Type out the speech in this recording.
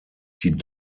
die